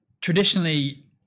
traditionally